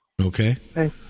Okay